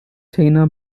chiba